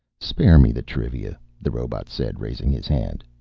spare me the trivia, the robot said, raising his hand.